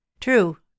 True